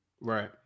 Right